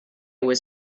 was